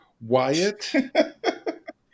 Wyatt